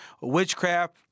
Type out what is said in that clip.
witchcraft